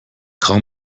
call